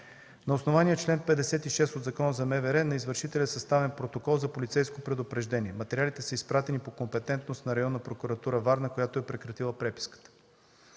На основание чл. 56 от Закона за МВР на извършителя е съставен протокол за полицейско предупреждение. Материалите са изпратени по компетентност на Районна прокуратура – Варна, която е прекратила преписката.